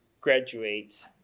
graduate